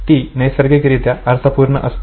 ती नैसर्गिकरित्या अर्थपुर्ण असते